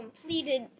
completed